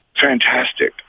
Fantastic